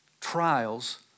trials